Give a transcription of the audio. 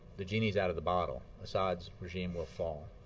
the genie is out of the bottle assad's regime will fall.